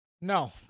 No